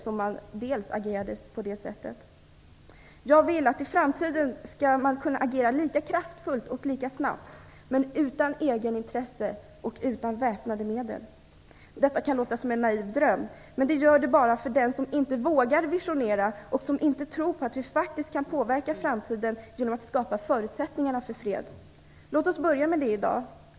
Jag vill att man i framtiden skall kunna agera lika kraftfullt och lika snabbt men utan egenintresse och utan väpnade medel. Detta kan låta som en naiv dröm, men det gör det bara för den som inte vågar ha visioner och som inte tror på att vi faktiskt kan påverka framtiden genom att skapa förutsättningar för fred. Låt oss börja med det i dag.